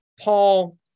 Paul